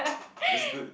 that's good